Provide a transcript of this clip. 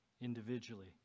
individually